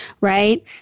right